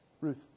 Ruth